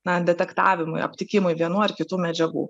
na detektavimui aptikimui vienų ar kitų medžiagų